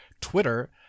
Twitter